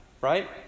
right